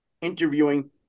interviewing